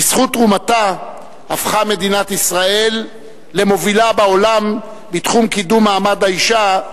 בזכות תרומתה הפכה מדינת ישראל למובילה בעולם בתחום קידום מעמד האשה.